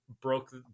broke